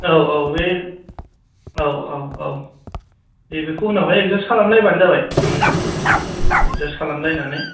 औ औ बे औ औ औ दे बेखौ उनावहाय एडजास खालामलायबानो जाबाय नोङो एडजास खालामलायनानै